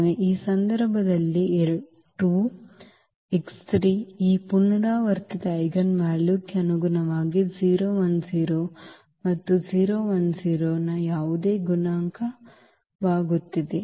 ಈ ಸಂದರ್ಭದಲ್ಲಿ 2 x 3 ಈ ಪುನರಾವರ್ತಿತ ಐಜೆನ್ ವ್ಯಾಲ್ಯೂಕ್ಕೆ ಅನುಗುಣವಾಗಿ 0 1 0 ಮತ್ತು ಈ 0 1 0 ನ ಯಾವುದೇ ಗುಣಕವಾಗುತ್ತಿದೆ